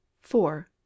Four